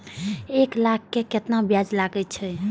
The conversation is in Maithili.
एक लाख के केतना ब्याज लगे छै?